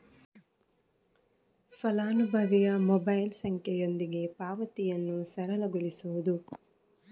ಫಲಾನುಭವಿಯ ಮೊಬೈಲ್ ಸಂಖ್ಯೆಯೊಂದಿಗೆ ಪಾವತಿಯನ್ನು ಸರಳಗೊಳಿಸುವುದು